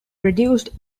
produced